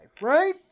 right